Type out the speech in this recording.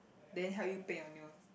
then help you paint your nails